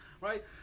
right